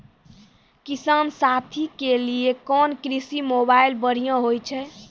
किसान साथी के लिए कोन कृषि मोबाइल बढ़िया होय छै?